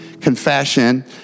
confession